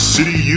City